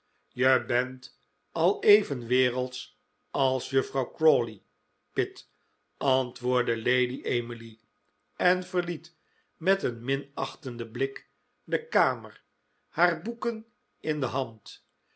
je bent al even wereldsch als juffrouw crawley pitt antwoordde lady emily en verliet met een minachtenden blik de kamer haar boeken in de hand